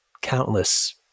countless